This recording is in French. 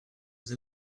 vous